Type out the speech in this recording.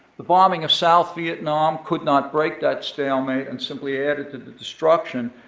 the bombing of south vietnam could not break that stalemate and simply added to the destruction.